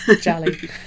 jelly